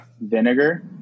vinegar